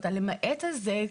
זאת אומרת, ה-למעט הזה,